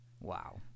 Wow